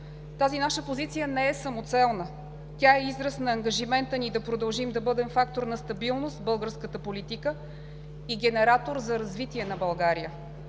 Тази наша позиция не е самоцелна, тя е израз на ангажимента ни да продължим да бъдем фактор на стабилност в българската политика и генератор за развитие на България.